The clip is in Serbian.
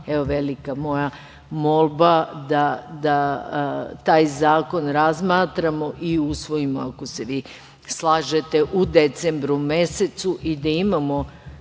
Evo velika moja molba da taj zakon razmatramo i usvojimo, ako se vi slažete, u decembru mesecu i da imamo